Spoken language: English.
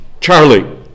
Charlie